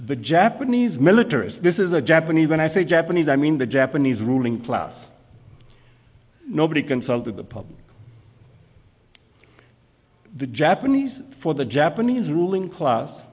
the japanese militarists this is the japanese when i say japanese i mean the japanese ruling class nobody consulted the public the japanese for the japanese ruling class